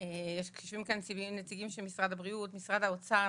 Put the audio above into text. יושבים כאן נציגים של משרד הבריאות ומשרד האוצר.